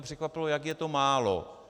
Překvapilo mě, jak je to málo.